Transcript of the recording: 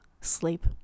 sleep